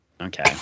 Okay